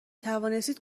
توانستید